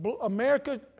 America